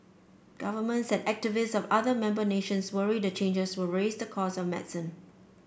governments and activists of other member nations worry the changes will raise the cost of medicine